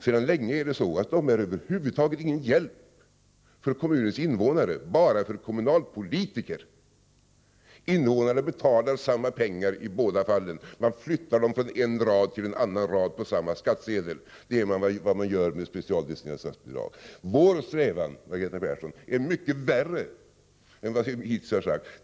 Sedan länge är det så att dessa över huvud taget inte är till någon hjälp för kommunens invånare, utan bara för kommunalpolitiker. Invånarna betalar samma pengar i båda fallen; man flyttar dem från en rad till en annan på samma skattsedel — det är vad man gör med specialdestinerade anslag. Vår strävan, Margareta Persson, är mycket värre än vad vi hittills sagt.